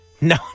No